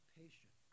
patient